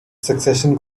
succession